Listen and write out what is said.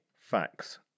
facts